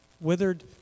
withered